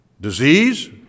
disease